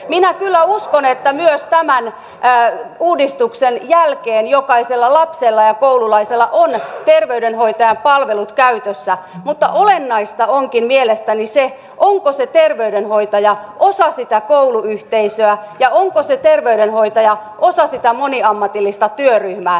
minä kyllä uskon että myös tämän uudistuksen jälkeen jokaisella lapsella ja koululaisella on terveydenhoitajan palvelut käytössä mutta olennaista onkin mielestäni se onko se terveydenhoitaja osa sitä kouluyhteisöä ja onko se terveydenhoitaja osa sitä moniammatillista työryhmää